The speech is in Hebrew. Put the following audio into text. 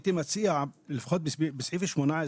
הייתי מציע, לפחות בסעיף 18,